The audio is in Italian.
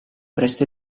presto